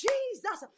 Jesus